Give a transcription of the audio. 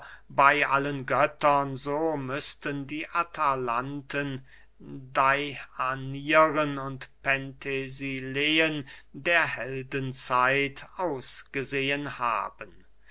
bey allen göttern so müßten die atalanten deianiren und penthesileen der heldenzeit ausgesehen haben